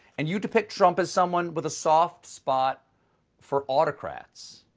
and you depict trump as someone with a soft spot for autocrats.